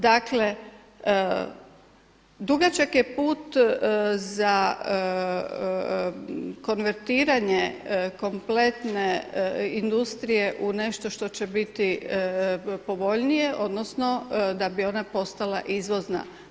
Dakle, dugačak je put za konvertiranje kompletne industrije u nešto što će biti povoljnije, odnosno da bi ona postala izvozna.